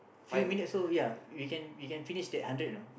few minute also ya you can you can finish that hundred you know